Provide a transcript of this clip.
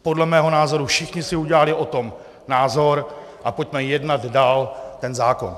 Podle mého názoru všichni si udělali o tom názor a pojďme jednat dál ten zákon.